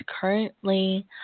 currently